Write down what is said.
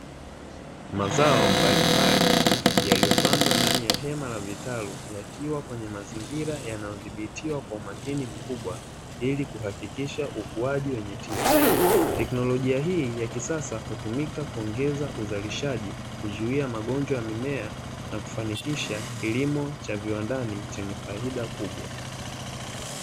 Mazao mbalimbali yaliyopandwa ndani ya hema la vitalu, yakiwa kwenye mazingira yanayodhibitiwa kwa umakini mkubwa ili kuhakikisha ukuaji wenye tija, teknolojia hii ya kisasa hutumika kuongeza uzalishaji kuzuia magonjwa ya mimea na kufanikisha kilimo cha viwandani chenye faida kubwa.